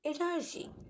energy